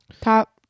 Top